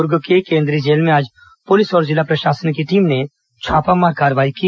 दुर्ग के केंद्रीय जेल में आज पुलिस और जिला प्रशासन की टीम ने छापामार कार्रवाई की